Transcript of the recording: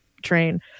train